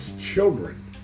children